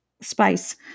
spice